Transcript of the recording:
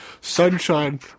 sunshine